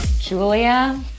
Julia